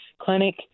Clinic